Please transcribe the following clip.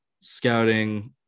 scouting